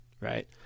right